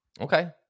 Okay